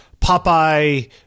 Popeye